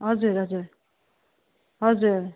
हजुर हजुर हजुर